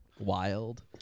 wild